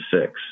six